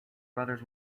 brothers